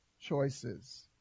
choices